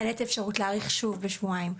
אין את האפשרות להאריך שוב בשבועיים.